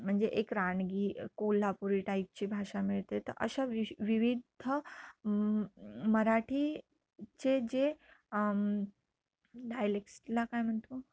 म्हणजे एक रानगी कोल्हापुरी टाईपची भाषा मिळते तर अशा विश विविध मराठीचे जे डायलेक्टसला काय म्हणतो